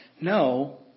no